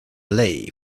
lathe